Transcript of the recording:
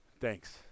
Thanks